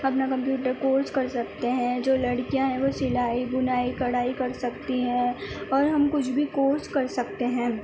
اپنا computer course کر سکتے ہیں جو لڑکیاں ہیں وہ سلائی بنائی کڑھائی کر سکتی ہیں اور ہم کچھ بھی کورس کر سکتے ہیں